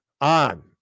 on